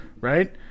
right